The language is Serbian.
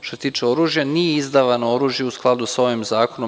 Što se tiče oružja nije izdavano oružje u skladu sa ovim Zakonom.